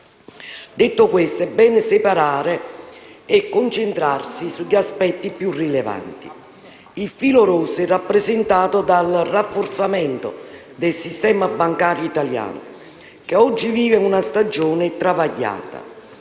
Detto ciò, è bene separare e concentrarsi sugli aspetti più rilevanti. Il filo rosso è rappresentato dal rafforzamento del sistema bancario italiano, che oggi vive una stagione travagliata.